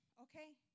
okay